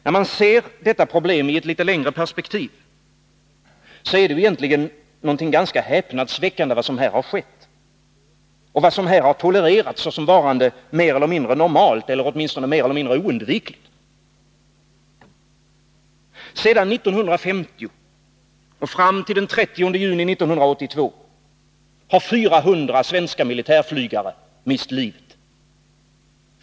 När man ser detta problem i ett litet längre perspektiv, är det egentligen ganska häpnadsväckande vad som här har skett — och vad som här har tolererats såsom varande mer eller mindre normalt eller åtminstone mer eller mindre oundvikligt. Sedan 1950 och fram till den 30 juni 1982 har 400 svenska militärflygare mist livet.